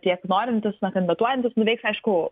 tiek norintys na kandidatuojantys nuveikt aišku